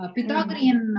Pythagorean